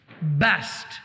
best